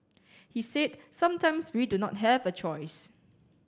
he said sometimes we do not have a choice